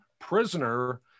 prisoner